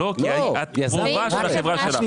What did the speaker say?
לא, כי את -- של החברה שלך.